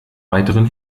weiteren